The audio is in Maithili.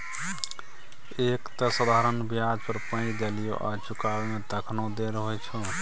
एक तँ साधारण ब्याज पर पैंच देलियौ आ चुकाबै मे तखनो देर होइ छौ